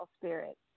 spirit